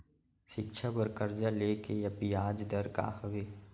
शिक्षा बर कर्जा ले के बियाज दर का हवे?